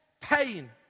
pain